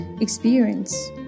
experience